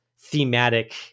thematic